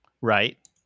Right